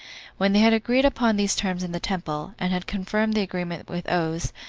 when they had agreed upon these terms in the temple, and had confirmed the agreement with oaths,